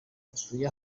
batuye